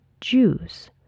Jews